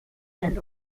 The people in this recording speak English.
and